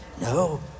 No